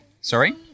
sorry